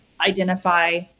identify